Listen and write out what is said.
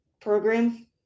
program